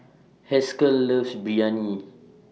Haskell loves Biryani